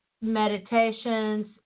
meditations